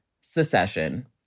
Secession